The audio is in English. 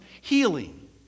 Healing